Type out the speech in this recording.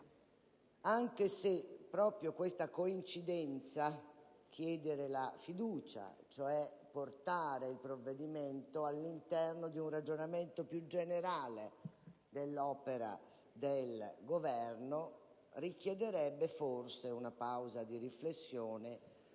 anche se proprio questa coincidenza (chiedere la fiducia, cioè portare il provvedimento all'interno di un ragionamento più generale sull'opera del Governo) richiederebbe forse una pausa di riflessione,